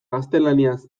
gaztelaniaz